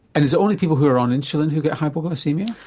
and is it only people who are on insulin who get hypoglycaemia?